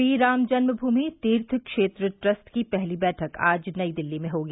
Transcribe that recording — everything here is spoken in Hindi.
श्रीराम जन्ममूमि तीर्थ क्षेत्र ट्रस्ट की पहली बैठक आज नई दिल्ली में होगी